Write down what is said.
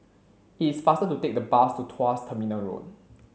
it's faster to take the bus to Tuas Terminal Road